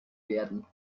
werden